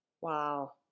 Wow